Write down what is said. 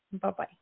Bye-bye